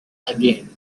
again